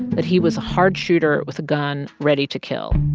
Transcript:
that he was a hard shooter with a gun ready to kill.